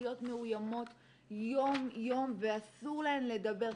להיות מאוימות יום יום ואסור להן לדבר.